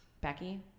becky